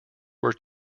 were